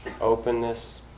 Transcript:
openness